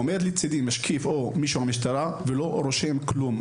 עומד לצידי משקיף או מישהו מהמשטרה ולא רושם כלום.